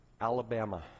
Alabama